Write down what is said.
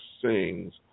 sings